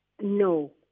no